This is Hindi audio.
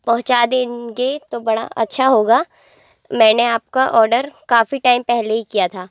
पहुँचा देंगे तो बड़ा अच्छा होगा मैंने आपका और्डर काफ़ी टैम पहले ही किया था